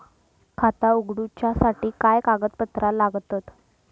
खाता उगडूच्यासाठी काय कागदपत्रा लागतत?